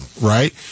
right